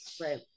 Right